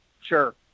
Sure